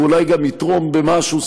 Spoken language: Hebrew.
ואולי גם יתרום במשהו,